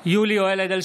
(קורא בשמות חברי הכנסת) יולי יואל אדלשטיין,